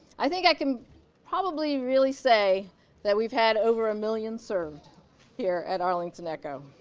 i think i can probably really say that we've had over a million served here at arlington echo.